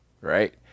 right